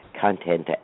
content